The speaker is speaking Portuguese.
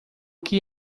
que